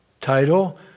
title